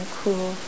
cool